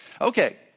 Okay